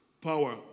power